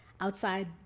outside